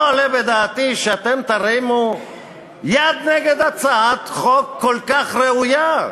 לא עולה בדעתי שאתם תרימו יד נגד הצעת חוק כל כך ראויה.